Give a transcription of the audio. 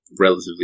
relatively